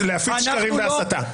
להפיץ שקרים והסתה.